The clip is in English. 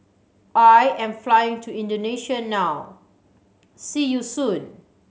I am flying to Indonesia now see you soon